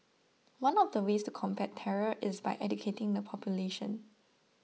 one of the ways to combat terror is by educating the population